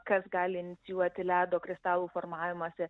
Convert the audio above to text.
kas gali inicijuoti ledo kristalų formavimąsi